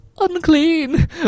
unclean